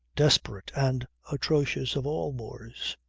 desperate and atrocious of all wars.